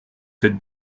cette